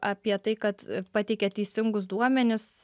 apie tai kad pateikė teisingus duomenis